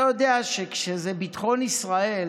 אתה יודע שכשזה ביטחון ישראל